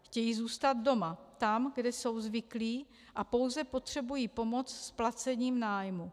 Chtějí zůstat doma, tam, kde jsou zvyklí, a pouze potřebují pomoc s placením nájmu.